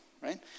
Right